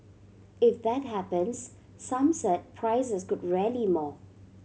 if that happens some said prices could rally more